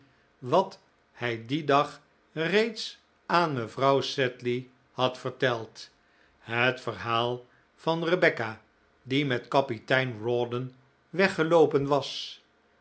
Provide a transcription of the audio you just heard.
wat hij dien dag reeds aan mevrouw sedley had verteld het verhaal van rebecca die met kapitein rawdon weggeloopen was